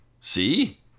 See